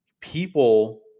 people